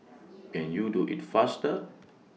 can you do IT faster